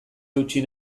eutsi